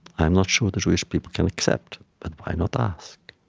i'm not sure the jewish people can accept, but why not ask?